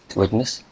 witness